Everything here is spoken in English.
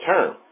term